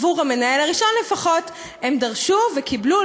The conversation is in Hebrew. עבור המנהל הראשון לפחות הם דרשו וקיבלו,